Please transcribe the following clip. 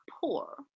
poor